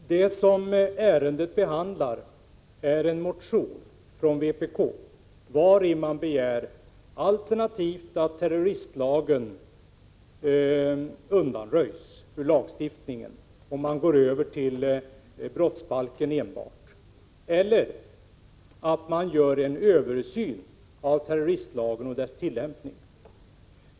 Herr talman! Det som ärendet gäller är en motion från vpk i vilken vpk begär att terroristlagen undanröjs ur lagstiftningen och att man i stället enbart skall använda sig av brottsbalken eller att man gör en översyn av terroristlagen och dess tillämpning.